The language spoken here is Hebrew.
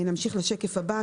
נמשיך לשקף הבא,